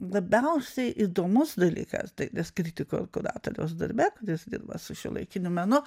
labiausiai įdomus dalykas dailės kritiko kuratoriaus darbe kad jis dirba su šiuolaikiniu menu